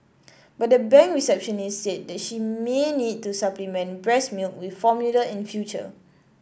but the bank receptionist said she may need to supplement breast milk with formula in future